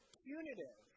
punitive